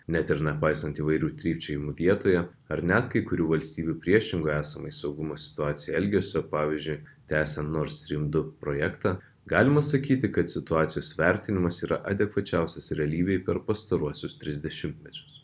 net ir nepaisant įvairių trypčiojimų vietoje ar net kai kurių valstybių priešingo esamai saugumo situacijai elgesio pavyzdžiui tęsia nord strym du projektą galima sakyti kad situacijos vertinimas yra adekvačiausias realybei per pastaruosius tris dešimtmečius